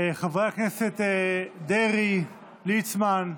חברי הכנסת דרעי, ליצמן,